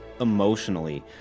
emotionally